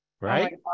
right